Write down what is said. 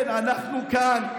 כן, אנחנו כאן,